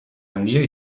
handia